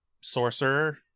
sorcerer